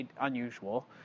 unusual